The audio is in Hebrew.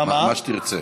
מה שתרצה.